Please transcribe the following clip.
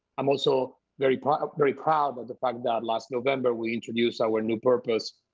i'm also very proud very proud of the fact that last november, we introduced our new purpose,